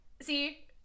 see